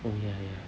oh ya ya